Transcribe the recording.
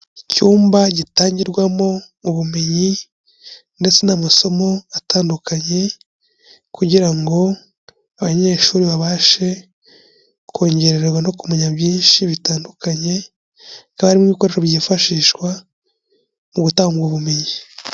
Icyumba gitangirwamo ubumenyi ndetse n'amasomo atandukanye kugira ngo abanyeshuri babashe kongererwa no kumenya byinshi bitandukanye, hakaba harimo ibikoresho byifashishwa mu gutanga ubumenyi.